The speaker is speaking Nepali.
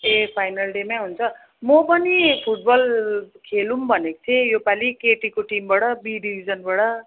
ए फाइनल डेमा हुन्छ म पनि फुट बल खेलौँ भनेको थिएँ यो पालि केटीको टिमबाट बी डिभिजनबाट